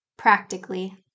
practically